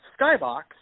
Skybox